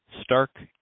Stark